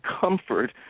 comfort